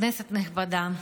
כנסת נכבדה,